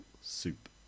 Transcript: soup